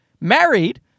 Married